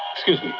excuse